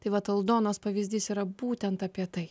tai vat aldonos pavyzdys yra būtent apie tai